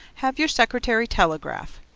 have your secretary telegraph.